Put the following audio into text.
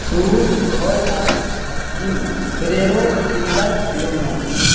fruit Roll Ups gun Ferrero Kinder Bueno